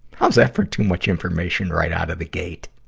how's that for too much information right out of the gate?